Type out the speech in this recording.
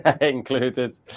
included